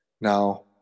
Now